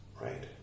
right